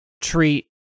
treat